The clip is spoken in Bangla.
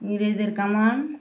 ইংরেজের কামান